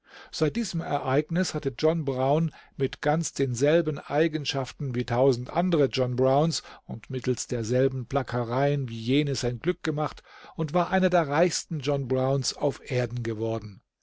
seit diesem ereignis hatte john brown mit ganz denselben eigenschaften wie tausend andere john browns und mittels derselben plackereien wie jene sein glück gemacht und war einer der reichsten john browns auf erden geworden